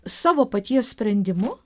savo paties sprendimu